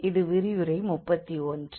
இது விரிவுரை 31